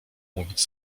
mówić